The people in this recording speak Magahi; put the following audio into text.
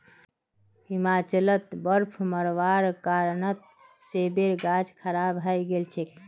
हिमाचलत बर्फ़ पोरवार कारणत सेबेर गाछ खराब हई गेल छेक